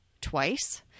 twice